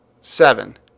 seven